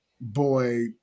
boy